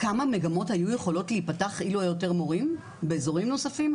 כמה מגמות היו יכולות להיפתח אילו היו יותר מורים באזורים נוספים?